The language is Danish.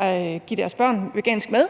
vil give deres børn vegansk mad,